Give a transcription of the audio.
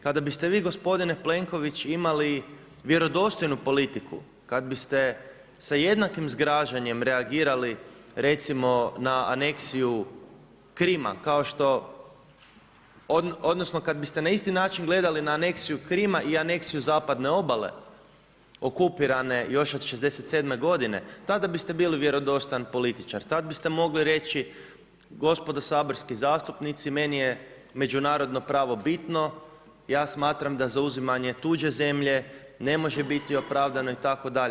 Kada biste vi gospodine Plenković imali vjerodostojnu politiku, kada biste se sa jednakim zgražanjem reagirali recimo na aneksiju Krima odnosno kada biste na isti način gledali na aneksiju Krima i aneksiju Zapadne obale okupirane još od '67. godine tada biste bili vjerodostojan političar, tad biste mogli reći gospodo saborski zastupnici, meni je međunarodno pravo bitno, ja smatram da zauzimanje tuđe zemlje ne može biti opravdano itd.